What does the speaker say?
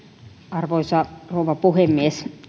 arvoisa rouva puhemies